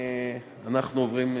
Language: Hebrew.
אנחנו עוברים להצבעה.